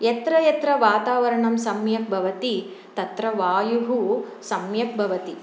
यत्र यत्र वातावरणं सम्यक् भवति तत्र वायुः सम्यक् भवति